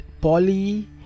Poly